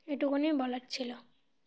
এটুকুনিই বলার ছিল